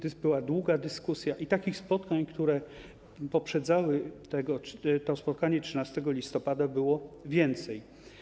To była długa dyskusja i takich spotkań, które poprzedzały to spotkanie 13 listopada, było więcej.